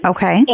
Okay